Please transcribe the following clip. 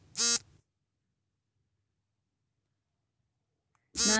ನಾನು ನನ್ನ ಖಾತೆಯ ವಿಳಾಸವನ್ನು ಮತ್ತು ಮೊಬೈಲ್ ಸಂಖ್ಯೆಯನ್ನು ಬದಲಾಯಿಸಲು ಯಾವ ದಾಖಲೆ ನೀಡಬೇಕು?